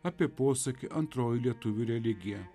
apie posakį antroji lietuvių religija